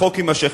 החוק יימשך,